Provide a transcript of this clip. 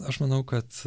aš manau kad